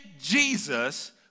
Jesus